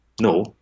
No